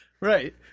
Right